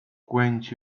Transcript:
quench